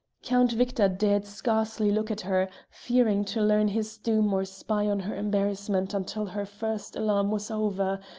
count victor dared scarcely look at her, fearing to learn his doom or spy on her embarrassment until her first alarm was over,